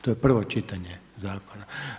To je prvo čitanje zakona.